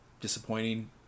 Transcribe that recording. disappointing